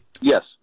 Yes